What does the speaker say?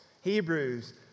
Hebrews